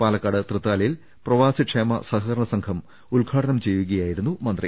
പാലക്കാട് തൃത്താലയിൽ പ്രവാസി ക്ഷേമ സഹകരണസംഘം ഉദ്ഘാടനം ചെയ്യുകയായിരുന്നു മന്ത്രി